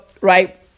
right